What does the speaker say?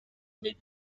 made